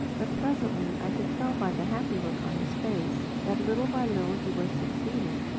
but presently i could tell by the happy look on his face, that little by little he was succeeding.